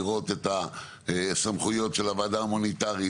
לראות את הסמכויות של הוועדה המוניטרית,